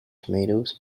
tomatoes